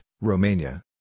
Romania